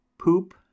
Poop